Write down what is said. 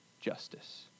justice